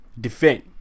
defend